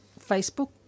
Facebook